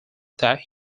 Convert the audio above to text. that